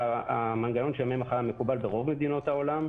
המנגנון של ימי מחלה מקובל ברוב מדינות העולם.